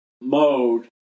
mode